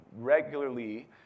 regularly